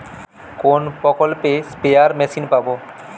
কোন প্রকল্পে spare machine পাব?